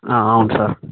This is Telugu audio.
అవును సార్